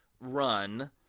run